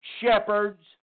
shepherds